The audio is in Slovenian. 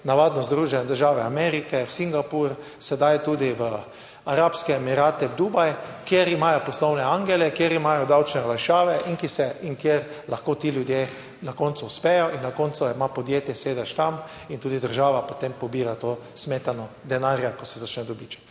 navadno v Združene države Amerike, v Singapur, sedaj tudi v Arabske emirate, Dubaj, kjer imajo poslovne angele, kjer imajo davčne olajšave in ki se in kjer lahko ti ljudje na koncu uspejo in na koncu ima podjetje sedež tam. In tudi država potem pobira to smetano denarja, ko se začne dobiček.